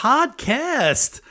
Podcast